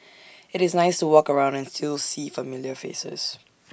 IT is nice to walk around and still see familiar faces